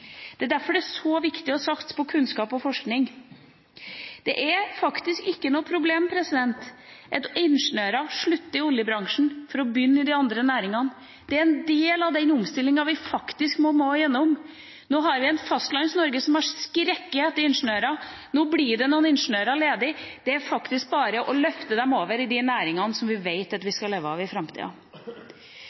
Det er derfor det er så viktig å satse på kunnskap og forskning. Det er faktisk ikke noe problem at ingeniører slutter i oljebransjen for å begynne i de andre næringene. Det er en del av den omstillinga vi faktisk må igjennom. Nå har vi et Fastlands-Norge som har skreket etter ingeniører. Nå blir det noen ingeniører ledig. Det er faktisk bare å løfte dem over i de næringene som vi vet at vi skal leve av i framtida.